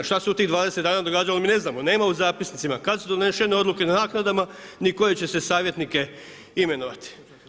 Šta se u tih 20 dana događalo mi ne znamo, nema u zapisnicima kad su donešene odluke o naknada ni koje će se savjetnike imenovati.